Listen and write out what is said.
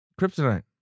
Kryptonite